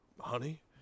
honey